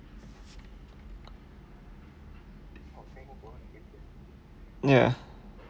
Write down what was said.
ya